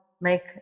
make